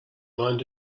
mind